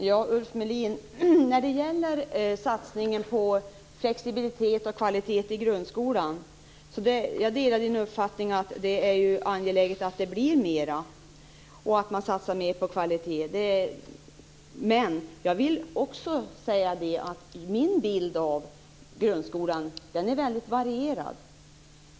Herr talman! Jag delar Ulf Melins uppfattning om satsningen på grundskolan. Det är angeläget att det blir en större flexibilitet och att man satsar mera på kvalitet. Men jag vill tillägga att min bild av grundskolan är väldigt varierad.